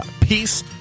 peace